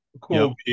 Cool